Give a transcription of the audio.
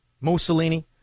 Mussolini